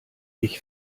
ich